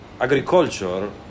agriculture